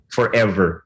Forever